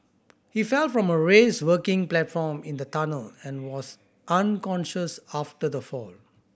he fell from a raised working platform in the tunnel and was unconscious after the fall